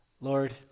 Lord